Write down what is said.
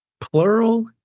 Plural